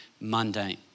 mundane